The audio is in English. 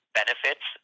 benefits